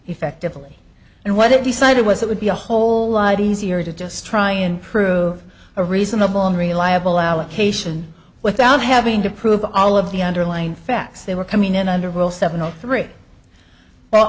effectively and what it decided was it would be a whole lot easier to just try and prove a reasonable and reliable allocation without having to prove all of the underlying facts they were coming in under rule seven zero three well